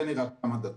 תן רק כמה דקות.